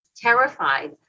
terrified